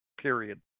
period